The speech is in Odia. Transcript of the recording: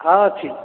ହଁ ଅଛି